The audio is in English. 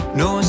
no